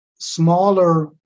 smaller